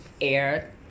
air